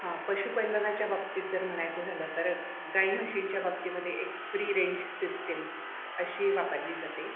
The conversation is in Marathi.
हां पशुपालनाच्या बाबतीत जर म्हणायचं झालं तर गाई म्हशींच्या बाबतीमध्ये एक फ्री रेंज सिस्टिम अशी वापरली जाते